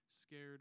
scared